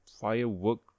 firework